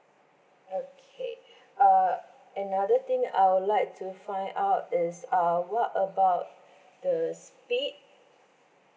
okay uh another thing I would like to find out is uh what about the speed